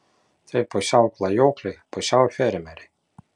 tai pusiau klajokliai pusiau fermeriai